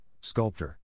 Sculptor